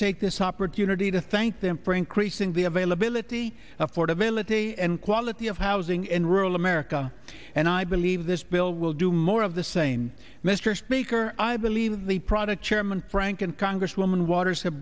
take this opportunity to thank them for increasing the availability affordability and quality of housing in rural america and i believe this bill will do more of the same mr speaker i believe the product chairman frank and congresswoman waters have